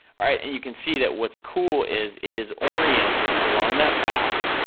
alright and you can see that what's cool is it is orienting along that path,